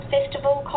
Festival